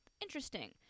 interesting